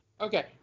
Okay